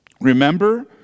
Remember